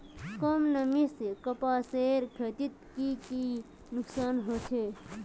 कम नमी से कपासेर खेतीत की की नुकसान छे?